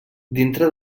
dintre